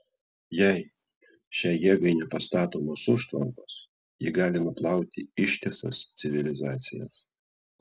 jei šiai jėgai nepastatomos užtvankos ji gali nuplauti ištisas civilizacijas